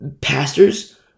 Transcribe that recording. pastors